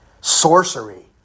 sorcery